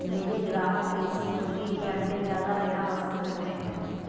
मेरे ग्राहक देसी मुर्गी के अंडे ज्यादा लेना पसंद करते हैं